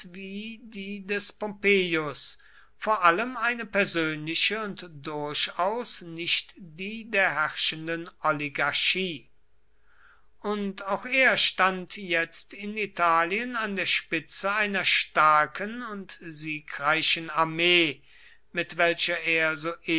wie die des pompeius vor allem eine persönliche und durchaus nicht die der herrschenden oligarchie und auch er stand jetzt in italien an der spitze einer starken und siegreichen armee mit welcher er